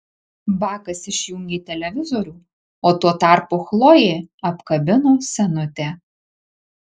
bakas išjungė televizorių o tuo tarpu chlojė apkabino senutę